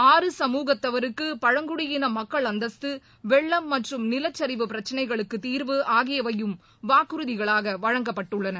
ஆறு சமூகத்தவருக்கு பழங்குடியின மக்கள் அந்தஸ்து வெள்ளம் மற்றும் நிலச்சரிவு பிரச்சினைகளுக்கு தீாவு ஆகியவையும் வாக்குறுதிகளாக வழங்கப்பட்டுள்ளன